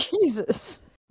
Jesus